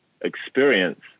experience